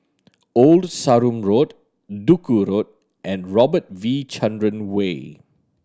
Old Sarum Road Duku Road and Robert V Chandran Way